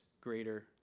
greater